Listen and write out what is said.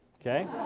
Okay